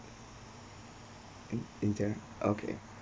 okay